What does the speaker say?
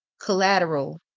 collateral